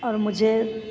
और मुझे